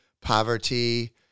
poverty